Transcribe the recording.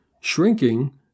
shrinking